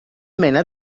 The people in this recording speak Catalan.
mena